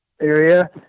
area